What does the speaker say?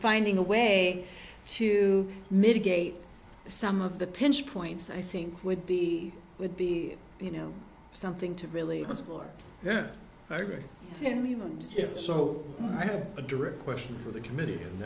finding a way to mitigate some of the pinch points i think would be would be you know something to really explore him and if so i have a direct question for the committee and